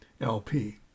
LP